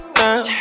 now